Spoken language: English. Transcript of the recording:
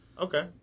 Okay